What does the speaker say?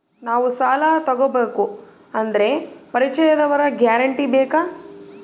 ನಾವು ಸಾಲ ತೋಗಬೇಕು ಅಂದರೆ ಪರಿಚಯದವರ ಗ್ಯಾರಂಟಿ ಬೇಕಾ?